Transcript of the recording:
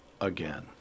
again